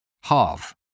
half